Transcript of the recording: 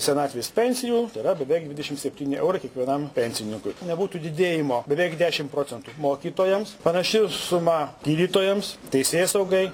senatvės pensijų yra beveik dvidešimt septyni eurai kiekvienam pensininkui nebūtų didėjimo beveik dešimt procentų mokytojams panaši suma gydytojams teisėsaugai